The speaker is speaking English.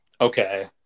Okay